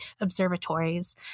observatories